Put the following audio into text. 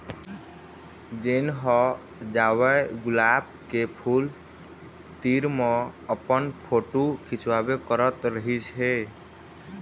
जेन ह जावय गुलाब के फूल तीर म अपन फोटू खिंचवाबे करत रहिस हे